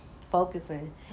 focusing